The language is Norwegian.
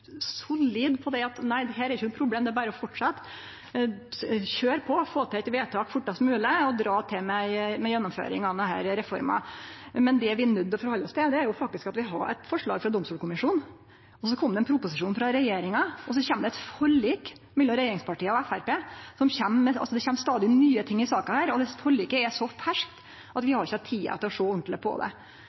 på at dette ikkje er noko problem – det er berre å fortsetje, køyre på og få til eit vedtak fortast mogleg og dra til med ei gjennomføring av denne reforma. Men det vi er nøydde til å halde oss til, er at vi faktisk hadde eit forslag frå domstolkommisjonen, så kom det ein proposisjon frå regjeringa, og så kjem det eit forlik mellom regjeringspartia og Framstegspartiet. Det kjem altså stadig nye ting i saka, og forliket er så ferskt at vi ikkje har hatt tid til å sjå ordentleg på det.